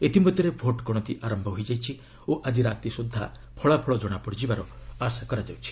ଇତିମଧ୍ୟରେ ଭୋଟ୍ ଗଣତି ଆରମ୍ଭ ହୋଇଯାଇଛି ଓ ଆଜି ରାତି ସୁଦ୍ଧା ଫଳାଫଳ ଜଣାପଡ଼ିବାର ଆଶା କରାଯାଉଛି